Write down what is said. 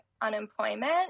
unemployment